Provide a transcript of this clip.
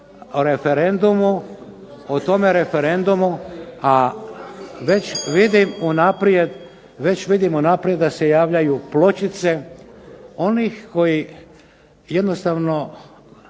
bilo. Toliko o tome referendumu, a već vidim unaprijed da se javljaju pločice onih koji jednostavno